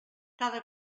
cada